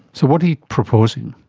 so what are you proposing?